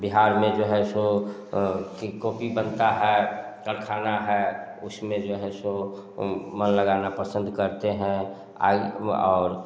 बिहार में जो है सो कि कॉपी बनता है कारख़ाना है उस में जो है सो मन लगा ना पसंद करते हैं आज और